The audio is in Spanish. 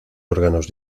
órganos